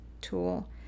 tool